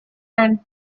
and